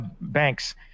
banks